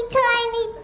tiny